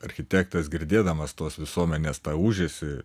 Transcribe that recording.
architektas girdėdamas tos visuomenės tą ūžesį